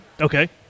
Okay